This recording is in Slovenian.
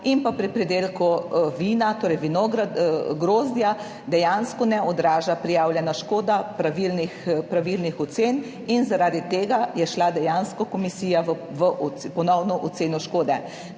in pri pridelku vina, torej grozdja, dejansko prijavljena škoda ne odraža pravilnih ocen in zaradi tega je šla dejansko komisija v ponovno oceno škode.